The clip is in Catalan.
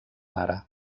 mare